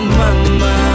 mama